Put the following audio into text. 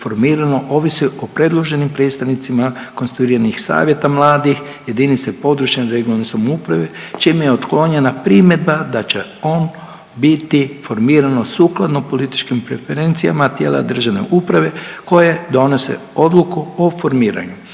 formirano ovisi o predloženim predstavnicima konstituiranih savjeta mladih jedinice područne (regionalne) samouprave čime je otklonjena primjedba da će on biti formirano sukladno političkim preferencijama tijela državne uprave koje donose odluku o formiranju.